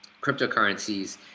cryptocurrencies